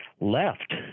left